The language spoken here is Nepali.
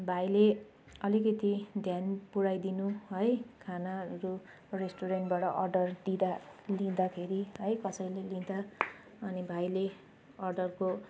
भाइले अलिकति ध्यान पुऱ्याइदिनु है खानाहरू रेस्टुरेन्टबाट अर्डर दिँदा लिँदाखेरि है कसैले लिँदा अनि भाइले अर्डरको